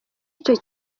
icyo